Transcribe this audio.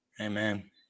Amen